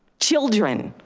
children,